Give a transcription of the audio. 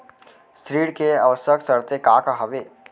ऋण के आवश्यक शर्तें का का हवे?